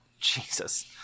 Jesus